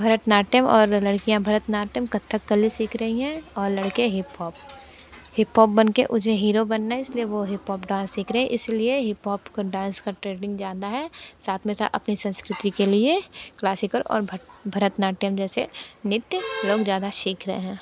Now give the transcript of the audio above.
भरतनाट्यम् और लड़कियां भरतनाट्यम् कथकली सीख रही हैं और लड़के हिपहॉप हिपहॉप बन के उसे हीरो बनना है इसलिए वो हिपहॉप डांस सीख रहे इसलिए हिपहॉप का डांस का ट्रेंडिंग ज़्यादा है साथ में साथ अपनी संस्कृति के लिए क्लासिकल और भरतनाट्यम् जैसे नृत्य लोग ज़्यादा सीख रहे हैं